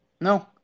No